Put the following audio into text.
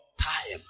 time